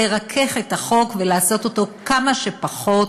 לרכך את החוק ולעשות אותו כמה שפחות,